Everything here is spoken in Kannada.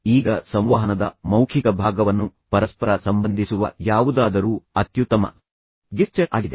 ಈಗ ಸಂವಹನದ ಮೌಖಿಕ ಭಾಗವನ್ನು ಪರಸ್ಪರ ಸಂಬಂಧಿಸುವ ಯಾವುದಾದರೂ ಅತ್ಯುತ್ತಮ ಗೆಸ್ಚರ್ ಆಗಿದೆ